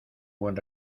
buen